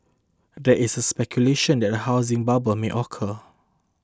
there is speculation that a housing bubble may occur